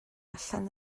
allan